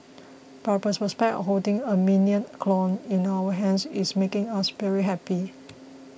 but the prospect of holding a Minion clone in our hands is making us very happy